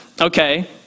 okay